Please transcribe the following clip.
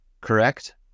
Correct